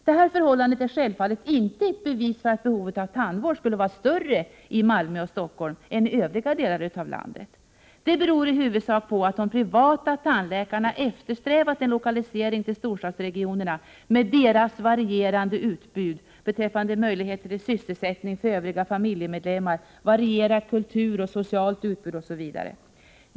Detta förhållande är självfallet inte ett bevis för att behovet av tandvård skulle vara större i Malmö och Stockholm än i övriga delar av landet. Det beror i huvudsak på att de privata tandläkarna eftersträvat en lokalisering till storstadsregionerna med deras varierade utbud beträffande möjligheter till sysselsättning för övriga familjemedlemmar, déras varierade kulturutbud, sociala utbud, osv.